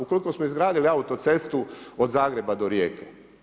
Ukoliko smo izgradili autocestu od Zagreba do Rijeke.